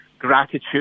gratitude